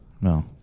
No